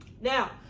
Now